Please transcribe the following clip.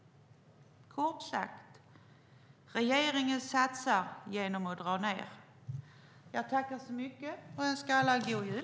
Kort sagt: Regeringen satsar genom att dra ned. Jag tackar så mycket och önskar alla en god jul.